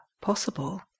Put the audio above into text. possible